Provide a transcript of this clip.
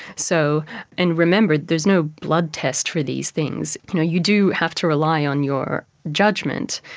so and remember, there is no blood test for these things, you know you do have to rely on your judgement.